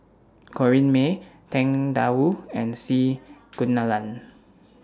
Corrinne May Tang DA Wu and C Kunalan